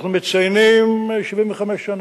אנחנו מציינים 75 שנה,